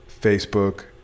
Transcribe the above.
Facebook